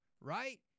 right